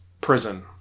prison